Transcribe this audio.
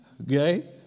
Okay